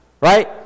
right